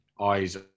eyes